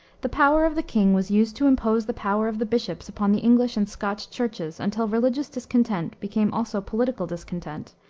the power of the king was used to impose the power of the bishops upon the english and scotch churches until religious discontent became also political discontent,